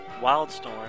Wildstorm